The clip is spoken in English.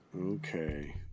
Okay